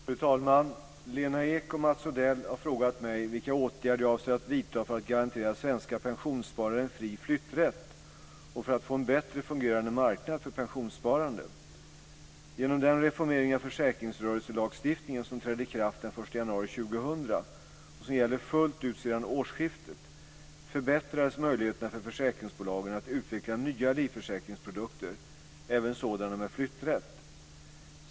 Fru talman! Lena Ek och Mats Odell har frågat mig vilka åtgärder jag avser att vidta för att garantera svenska pensionssparare en fri flytträtt och för att få en bättre fungerande marknad för pensionssparande. Genom den reformering av försäkringsrörelselagstiftningen, som trädde i kraft den 1 januari 2000 och som gäller fullt ut sedan årsskiftet, förbättrades möjligheterna för försäkringsbolagen att utveckla nya livförsäkringsprodukter, även sådana med flytträtt.